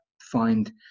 find